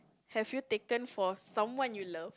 have you taken for someone you love